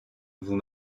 vous